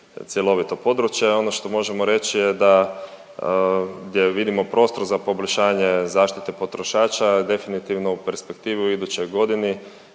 cjelovito područje, a ono što možemo reći je da gdje vidimo prostor za poboljšanje zaštite potrošača, definitivno u perspektivi u idućoj godini